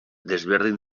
desberdin